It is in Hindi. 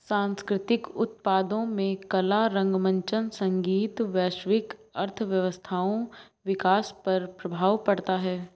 सांस्कृतिक उत्पादों में कला रंगमंच संगीत वैश्विक अर्थव्यवस्थाओं विकास पर प्रभाव पड़ता है